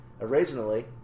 Originally